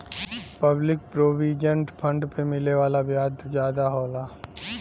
public provident fund पे मिले वाला ब्याज जादा होला